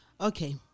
okay